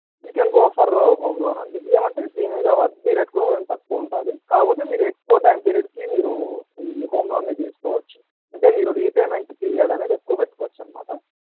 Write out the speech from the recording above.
you can go for home loan అండి ఏమంటే దీని మీద వడ్డీ రేట్ కూడా తక్కువ ఉంటుంది కాకపోతే మీరు ఎక్కువ టైం పీరియడ్కి మీరు ఈ హోమ్ లోన్ని తీసుకోవచ్చు అంటే మీరు రీపేమెంట్ పీరియడ్ అనేది ఎక్కువ పెట్టుకోవచ్చన్నమాట